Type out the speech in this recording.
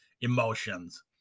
emotions